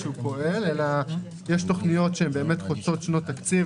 - יש תוכניות חוצות שנות תקציב,